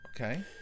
Okay